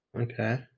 Okay